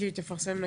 זה יתפרסם,